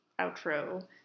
outro